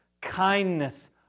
kindness